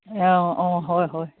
অঁ অঁ হয় হয়